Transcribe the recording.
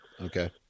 okay